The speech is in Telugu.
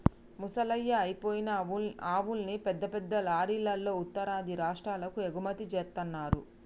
ముసలయ్యి అయిపోయిన ఆవుల్ని పెద్ద పెద్ద లారీలల్లో ఉత్తరాది రాష్టాలకు ఎగుమతి జేత్తన్నరు